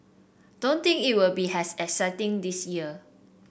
don't think it will be as exciting this year